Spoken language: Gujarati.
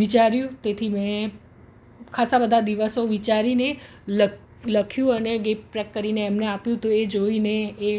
વિચાર્યું તેથી મેં ખાસ્સા બધા દિવસો વિચારીને લ લખ્યું અને ગિફ્ટ રેપ કરીને તેમને આપ્યું તો એ જોઈને એ